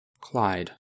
Clyde